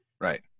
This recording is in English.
Right